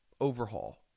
overhaul